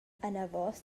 anavos